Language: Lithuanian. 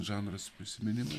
žanras prisimeni